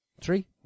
Three